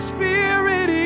Spirit